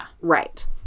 Right